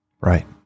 Right